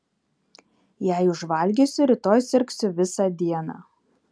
jei užvalgysiu rytoj sirgsiu visą dieną